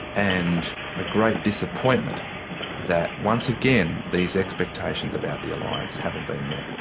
and a great disappointment that once again, these expectations about the alliance haven't been met.